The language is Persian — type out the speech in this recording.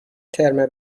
ترم